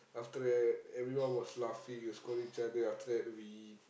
after that everyone was laughing and scolding each other after that we